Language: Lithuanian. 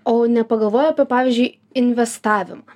o nepagalvojai apie pavyzdžiui investavimą